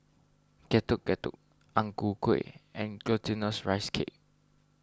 Getuk Getuk Ang Ku Kueh and Glutinous Rice Cake